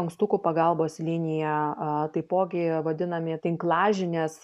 ankstukų pagalbos linija a taipogi vadinami tinklažinės